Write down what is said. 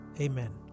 Amen